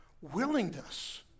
Willingness